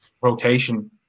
rotation